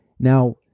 Now